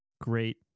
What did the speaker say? great